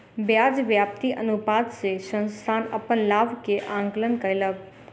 ब्याज व्याप्ति अनुपात से संस्थान अपन लाभ के आंकलन कयलक